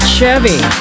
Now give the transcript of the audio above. Chevy